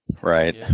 Right